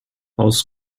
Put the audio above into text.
aus